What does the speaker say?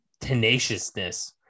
tenaciousness